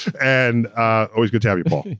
and always good to have you paul.